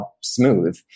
Smooth